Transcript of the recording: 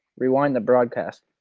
rewind the broadcast.